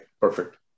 perfect